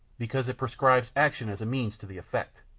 because it prescribes action as a means to the effect.